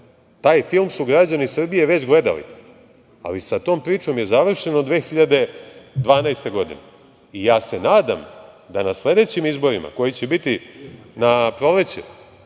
taj film su građani Srbije već gledali, ali sa tom pričom je završeno 2012. godine. Nadam se da na sledećim izborima koji će biti na proleće